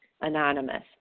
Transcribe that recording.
anonymous